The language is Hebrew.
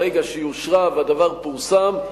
ברגע שהיא אושרה והדבר פורסם,